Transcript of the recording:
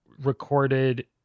recorded